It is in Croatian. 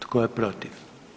Tko je protiv?